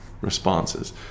responses